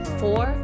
four